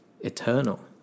eternal